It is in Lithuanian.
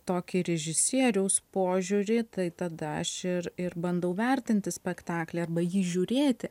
tokį režisieriaus požiūrį tai tada aš ir ir bandau vertinti spektaklį arba jį žiūrėti